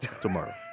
tomorrow